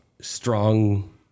strong